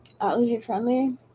allergy-friendly